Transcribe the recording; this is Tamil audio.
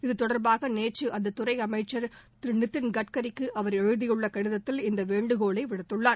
இத்தொடர்பாக நேற்று அந்த துறை அமைச்சர் திரு நிதின் கட்கரிக்கு அவர் எழுதியுள்ள கடிதத்தில் இந்த வேண்டுகோளை விடுத்துள்ளார்